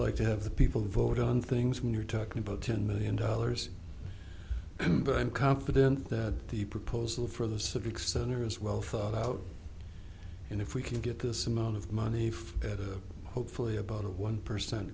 like to have the people vote on things when you're talking about ten million dollars but i'm confident that the proposal for the civic center is well thought out and if we can get this amount of money for better hopefully about a one percent